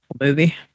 movie